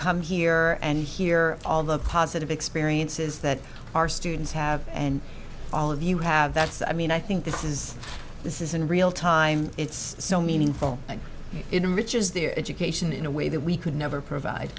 come here and hear all the positive experiences that our students have and all of you have that's i mean i think this is this is in real time it's so meaningful in riches their education in a way that we could never provide